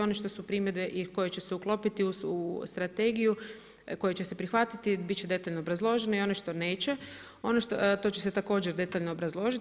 Ono što su primjedbe i koje će se uklopiti u strategiju, koje će se prihvatiti, biti će detaljno obrazloženi, ono što neće, to će se također detaljno obrazložiti.